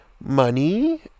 money